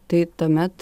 tai tuomet